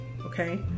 okay